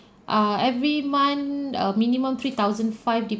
ah every month err minimum three thousand five dep~